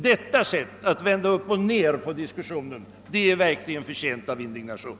Detta sätt att vända upp och ned på diskussionen är verkligen förtjänt av indignation.